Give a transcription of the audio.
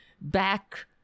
back